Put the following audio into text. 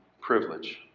privilege